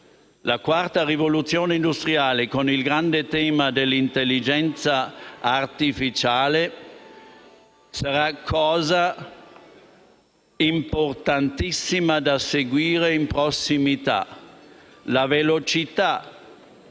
La quarta rivoluzione industriale con il grande tema dell'intelligenza artificiale sarà cosa importantissima da seguire in prossimità. La velocità